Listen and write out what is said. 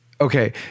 Okay